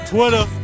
Twitter